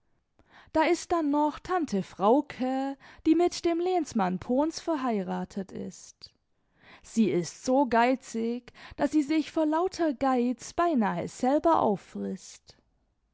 da ist dann noch tante frauke die mit dem lehnsmann pohns verheiratet ist sie ist so geizig daß sie sich vor lauter geiz beinahe selber auffrißt